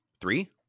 Three